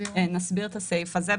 נסביר את הסעיף הזה.